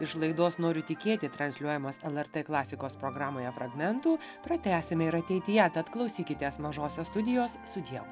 iš laidos noriu tikėti transliuojamas lrt klasikos programoje fragmentų pratęsime ir ateityje tad klausykitės mažosios studijos sudieu